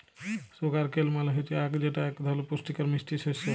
sugar কেল মাল হচ্যে আখ যেটা এক ধরলের পুষ্টিকর মিষ্টি শস্য